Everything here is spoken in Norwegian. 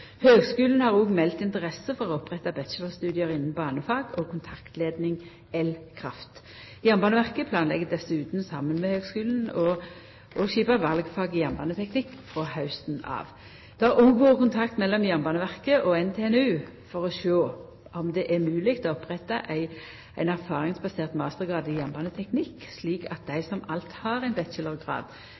Høgskulen har også meldt interesse for å oppretta bachelorstudium innan banefag og kontaktleidning/elkraft. Jernbaneverket planlegg dessutan, saman med Høgskulen, å skipa valfag i jernbaneteknikk frå hausten av. Det har òg vore kontakt mellom Jernbaneverket og NTNU for å sjå om det er mogleg å oppretta ein erfaringsbasert mastergrad i jernbaneteknikk, slik at dei som alt har ein